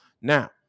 Now